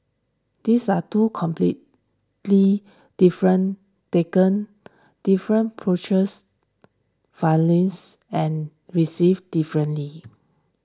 these are two completely different taken different approaches and received differently